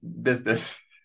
business